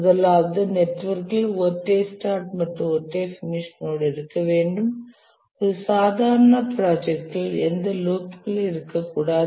முதலாவது நெட்வொர்க்கில் ஒற்றை ஸ்டார்ட் மற்றும் ஒற்றை பினிஷ் நோட் இருக்க வேண்டும் ஒரு சாதாரண ப்ராஜெக்டில் எந்த லூப்புகளும் இருக்கக்கூடாது